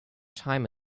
time